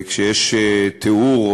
כשיש תיאור,